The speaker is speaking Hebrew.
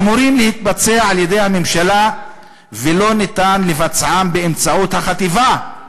אמורות להתבצע על-ידי הממשלה ולא ניתן לבצען באמצעות החטיבה.